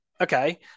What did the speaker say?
Okay